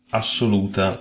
assoluta